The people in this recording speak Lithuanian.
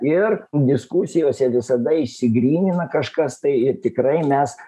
ir diskusijose visada išsigrynina kažkas tai tikrai mes